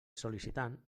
sol·licitant